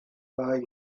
buy